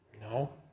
No